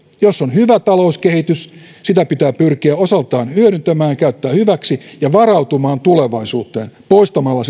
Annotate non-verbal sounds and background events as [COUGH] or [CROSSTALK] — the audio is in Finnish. jos on hyvä talouskehitys sitä pitää pyrkiä osaltaan hyödyntämään käyttämään hyväksi ja varautumaan tulevaisuuteen poistamalla [UNINTELLIGIBLE]